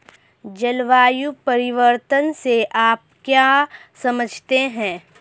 जलवायु परिवर्तन से आप क्या समझते हैं?